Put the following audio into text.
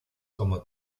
como